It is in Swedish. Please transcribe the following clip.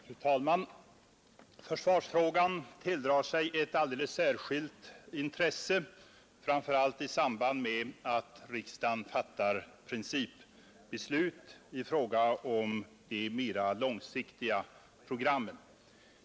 Fru talman! Försvarsfrågan tilldrar sig ett alldeles särskilt intresse framför allt i samband med att riksdagen fattar principbeslut i fråga om de mera långsiktiga programmen.